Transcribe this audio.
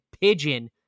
pigeon